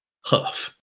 Huff